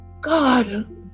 God